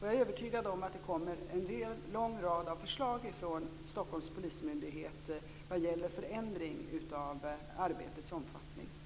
Jag är övertygad om att det kommer en lång rad förslag från Stockholms polismyndigheter vad gäller förändring av arbetets omfattning.